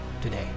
today